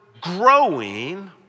growing